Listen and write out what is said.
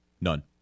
none